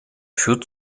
führt